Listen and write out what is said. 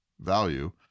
value